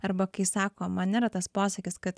arba kai sakoma ane yra tas posakis kad